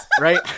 right